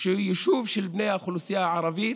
שהיא יישוב של בני האוכלוסייה הערבית,